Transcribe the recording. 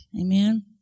Amen